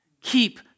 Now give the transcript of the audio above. Keep